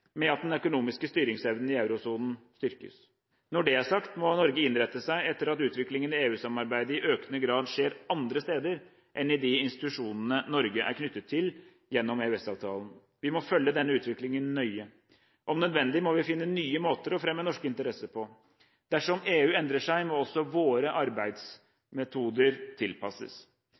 med at den økonomiske styringsevnen i eurosonen styrkes. Når det er sagt, må Norge innrette seg etter at utviklingen i EU-samarbeidet i økende grad skjer andre steder enn i de institusjonene Norge er knyttet til gjennom EØS-avtalen. Vi må følge denne utviklingen nøye. Om nødvendig må vi finne nye måter å fremme norske interesser på. Dersom EU endrer seg, må også våre arbeidsmetoder tilpasses.